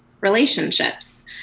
relationships